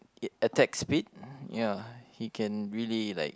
it attack speed ya he can really like